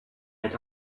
had